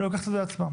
ולוקחת את זה לעצמה.